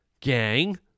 Gang